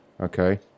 Okay